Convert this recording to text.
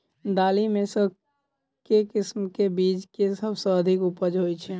दालि मे केँ किसिम केँ बीज केँ सबसँ अधिक उपज होए छै?